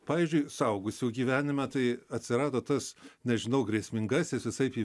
pavyzdžiui suaugusių gyvenime tai atsirado tas nežinau grėsmingasis visaip jį